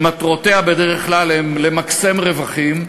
שמטרותיה בדרך כלל הן למקסם רווחים,